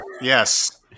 Yes